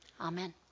Amen